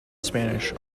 spanish